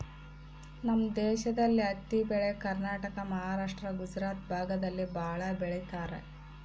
ನಮ್ ದೇಶದಲ್ಲಿ ಹತ್ತಿ ಬೆಳೆ ಕರ್ನಾಟಕ ಮಹಾರಾಷ್ಟ್ರ ಗುಜರಾತ್ ಭಾಗದಲ್ಲಿ ಭಾಳ ಬೆಳಿತರೆ